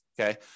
okay